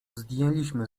zdjęliśmy